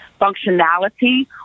functionality